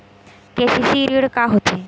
KCC ऋण का होथे?